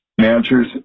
managers